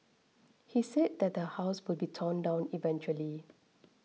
he said that the house will be torn down eventually